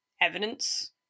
evidence